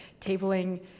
tabling